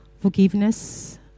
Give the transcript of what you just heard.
forgiveness